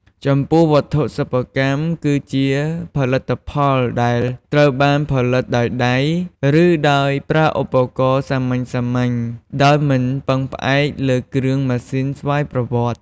ចំពោះ វត្ថុសិប្បកម្ម គឺជាផលិតផលដែលត្រូវបានផលិតដោយដៃ ឬដោយប្រើឧបករណ៍សាមញ្ញៗ ដោយមិនពឹងផ្អែកលើគ្រឿងម៉ាស៊ីនស្វ័យប្រវត្តិ។